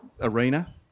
arena